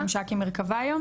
זה במקום הממשק עם מרכבה היום?